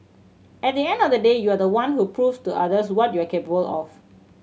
at the end of the day you are the one who proves to others what you are capable of